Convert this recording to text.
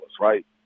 right